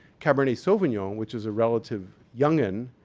cabernet sauvignon, which is a relative youngun',